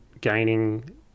gaining